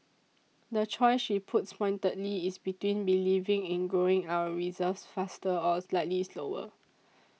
the choice she puts pointedly is between believing in growing our reserves faster or slightly slower